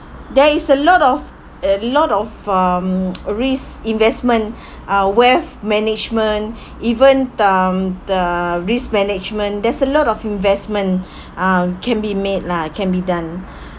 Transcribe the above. there is a lot of a lot of um uh risk investment uh wealth management even um the risk management there's a lot of investment um can be made lah can be done